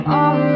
on